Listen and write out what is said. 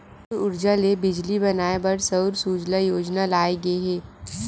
सउर उरजा ले बिजली बनाए बर सउर सूजला योजना लाए गे हे